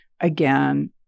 again